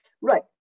Right